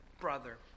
brother